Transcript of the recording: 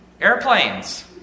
Airplanes